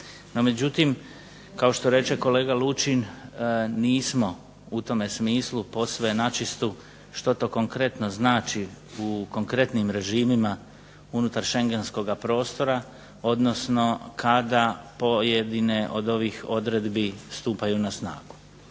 međutim kao što reče kolega Lučin nismo u tome smislu posve načistu što to konkretno znači u konkretnim režimima unutar Schengenskoga prostora, odnosno kada pojedine od ovih odredbi stupaju na snagu.